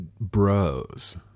bros